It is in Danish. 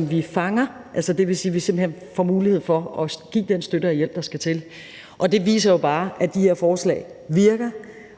vi fanger. Det vil sige, at vi simpelt hen får mulighed for at give den støtte og hjælp, der skal til. Det viser jo bare, at de her forslag virker,